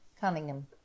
Cunningham